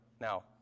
now